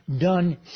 done